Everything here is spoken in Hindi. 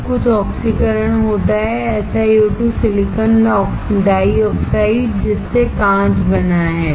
सब कुछ ऑक्सीकरण होता है SiO2 सिलिकॉन डाइऑक्साइड जिससे कांच बना है